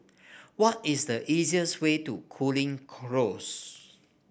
what is the easiest way to Cooling Close